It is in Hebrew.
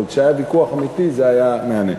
אבל כשהיה ויכוח אמיתי זה היה מהנה.